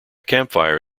campfire